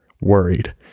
worried